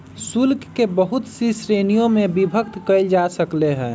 शुल्क के बहुत सी श्रीणिय में विभक्त कइल जा सकले है